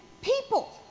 people